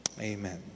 Amen